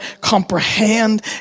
comprehend